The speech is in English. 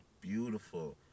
beautiful